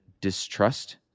distrust